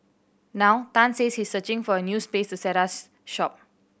now Tan says he is searching for a new space set us shop